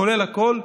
כולל הכול,